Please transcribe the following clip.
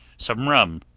some rum,